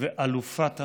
ואלופת המילים,